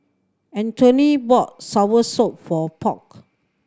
Anthony bought soursop for Polk